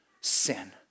sin